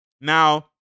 Now